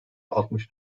altmış